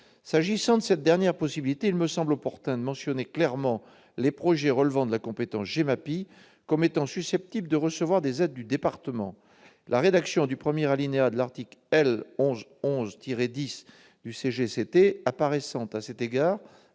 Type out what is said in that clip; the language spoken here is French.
S'agissant de cette dernière possibilité, il me semble opportun de mentionner clairement que les projets relevant de la compétence GEMAPI sont susceptibles de recevoir des aides du département, la rédaction de l'alinéa 1 de l'article L. 1111-10 du code général des